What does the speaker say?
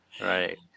Right